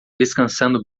descansando